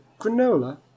granola